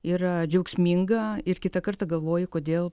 yra džiaugsminga ir kitą kartą galvoju kodėl